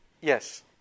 Yes